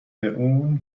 اون